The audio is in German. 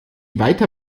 weiter